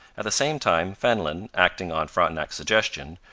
at the same time fenelon, acting on frontenac's suggestion,